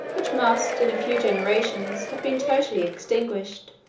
which must, in a few generations, have been totally extinguished,